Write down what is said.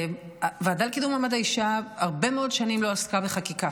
הוועדה לקידום מעמד האישה הרבה מאוד שנים לא עסקה בחקיקה,